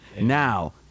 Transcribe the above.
Now